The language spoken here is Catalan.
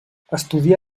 estudià